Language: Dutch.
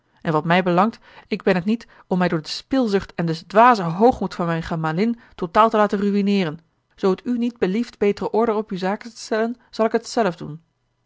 en wat mij belangt ik ben het niet om mij door de spilzucht en den dwazen hoogmoed van mijne gemalin totaal te laten ruïneeren zoo t u niet belieft betere ordre op uwe zaken te stellen zal ik het zelf doen